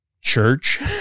church